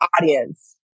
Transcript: audience